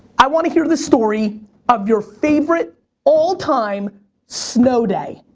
i wanna hear the story of your favorite all-time snow day.